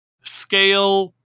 scale